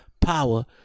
power